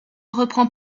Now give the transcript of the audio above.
reprend